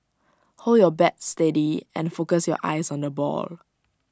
hold your bat steady and focus your eyes on the ball